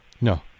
No